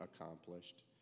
accomplished